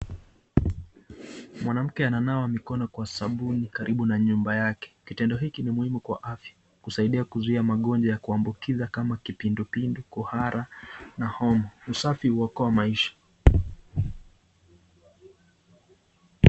Mwanamke ananawa mikono kwa sabuni karibu na nyumba yake, kitendo hiki ni muhimu kwa afya, kusaidai kuzuia magonjwa ya kuambukiza kama kipindu pindu, kuhara na homa, usafi huokoa maisha.